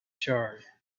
charred